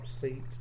seats